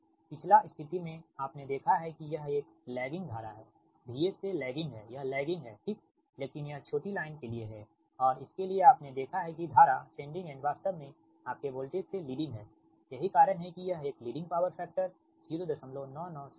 पिछला स्थिति में आपने देखा है कि यह एक लैगिंग धारा है VS से लैगिंग है यह लैगिंग है ठीक लेकिन यह छोटी लाइन के लिए है और इसके लिए आपने देखा है कि धारा सेंडिंग एंड वास्तव में आपके वोल्टेज से लीडिंग है यही कारण है कि यह एक लीडिंग पॉवर फैक्टर 0997 है